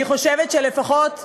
אני חושבת שלפחות להורים,